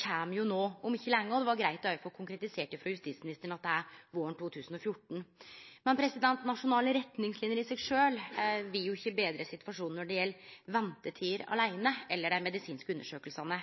kjem no om ikkje lenge – det var greitt å få konkretisert frå justisministeren at det blir våren 2014. Men nasjonale retningslinjer i seg sjølv vil jo ikkje betre situasjonen når det gjeld ventetid